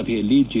ಸಭೆಯಲ್ಲಿ ಜೆ